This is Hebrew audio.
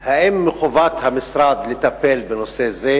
2. האם מחובת המשרד לטפל בנושא זה?